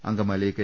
Angamaly K